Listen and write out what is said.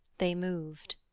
they moved.